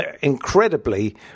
Incredibly